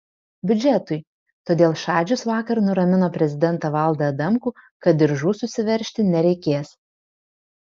biudžetui todėl šadžius vakar nuramino prezidentą valdą adamkų kad diržų susiveržti nereikės